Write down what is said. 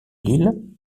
lille